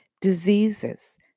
diseases